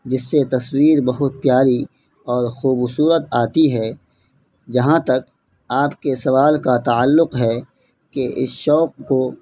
جس سے تصویر بہت پیاری اور خوبصورت آتی ہے جہاں تک آپ کے سوال کا تعلق ہے کہ اس شوق کو